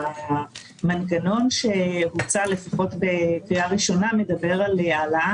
המנגנון שהוצע - לפחות בקריאה ראשונה - מדבר על העלאה